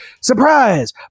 Surprise